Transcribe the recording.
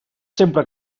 sempre